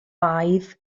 baedd